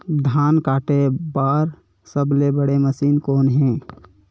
धान काटे बार सबले बने मशीन कोन हे?